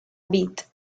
beat